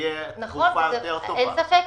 יקבל הארכה.